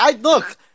look